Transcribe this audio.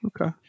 okay